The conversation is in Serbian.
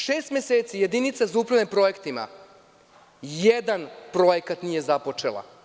Šest meseci Jedinica za upravljanje projektima, jedan projekat nije započela.